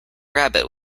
rabbit